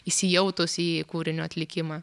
įsijautusi į kūrinio atlikimą